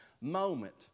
moment